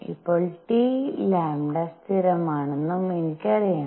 ഇപ്പോൾ T λസ്ഥിരമാണെന്നും എനിക്കറിയാം